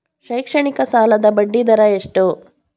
ಶೈಕ್ಷಣಿಕ ಸಾಲದ ಬಡ್ಡಿ ದರ ಎಷ್ಟು?